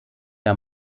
der